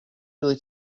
really